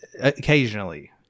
occasionally